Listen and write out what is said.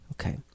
Okay